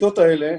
המיטות האלה,